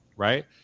Right